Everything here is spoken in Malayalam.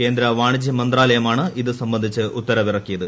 കേന്ദ്ര വാണിജ്യ മന്ത്രാലയമാണ് ഇത് സംബന്ധിച്ച ഉത്തരവിറക്കിയത്